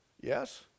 Yes